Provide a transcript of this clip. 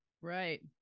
Right